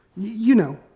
you know,